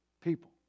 people